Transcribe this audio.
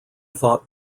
thought